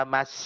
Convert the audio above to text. Mas